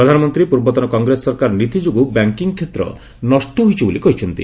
ପ୍ରଧାନମନ୍ତ୍ରୀ ପୂର୍ବତନ କଂଗ୍ରେସ ସରକାରର ନୀତି ଯୋଗୁଁ ବ୍ୟାଙ୍କିଙ୍ଗ୍ କ୍ଷେତ୍ର ନଷ୍ଟ ହୋଇଛି ବୋଲି କହିଛନ୍ତି